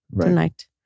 tonight